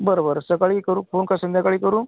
बरं बरं सकाळी करू फोन का संध्याकाळी करू